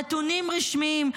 נתונים רשמיים,